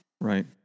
right